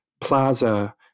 plaza